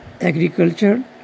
agriculture